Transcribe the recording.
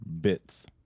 bits